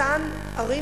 אותן ערים